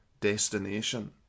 destination